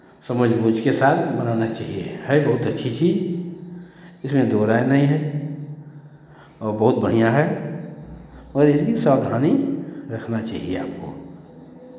समझ बूझ के साथ बनाना चाहिए है बहुत अच्छी चीज़ इसमें दो राय नहीं है और बहुत बढ़ियाँ है और इसकी सावधानी रखना चाहिए आपको